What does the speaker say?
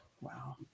wow